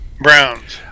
Browns